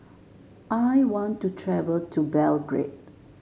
I want to travel to Belgrade